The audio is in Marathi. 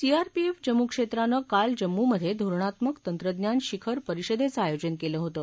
सीआरपीएफ जम्मू क्षेत्रानं काल जम्मूमधे धोरणात्मक तंत्रज्ञान शिखर परिषदेचं आयोजन केलं होतं